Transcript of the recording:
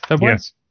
Yes